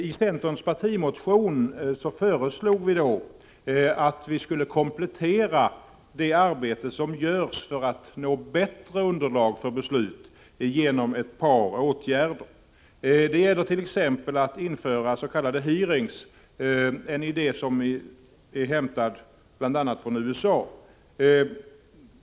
I centerns partimotion föreslog vi ett par åtgärder i syfte att komplettera det arbete som görs för att få bättre underlag för beslut. Det ena är att införa s.k. hearings, en idé som är hämtad från bl.a. USA.